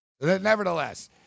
Nevertheless